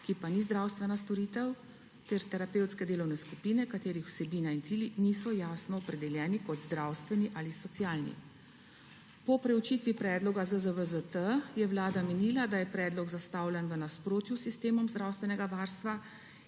ki pa ni zdravstvena storitev, ter terapevtske delovne skupine, katerih vsebina in cilji niso jasno opredeljeni kot zdravstveni ali socialni. Po preučitvi predloga ZZVZZ-T je Vlada menila, da je predlog zastavljen v nasprotju s sistemom zdravstvenega varstva